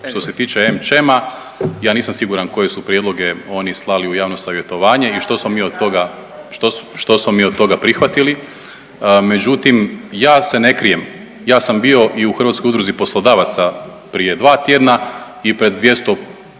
Što se tiče AmChama, ja nisam siguran koje su prijedloge oni slali u javno savjetovanje i što smo mi od toga .../Upadica se ne čuje./... što smo mi od toga prihvatili, međutim, ja se ne krijem, ja sam vio i u Hrvatskoj udruzi poslodavaca prije 2 tjedna i pred 200